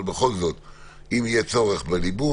אבל אם בכל זאת יהיה צורך בליבון,